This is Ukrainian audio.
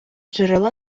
джерело